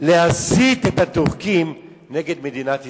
להסית את הטורקים נגד מדינת ישראל.